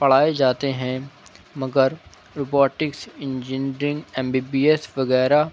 پڑھائے جاتے ہیں مگر robotics engineering M B B S وغیرہ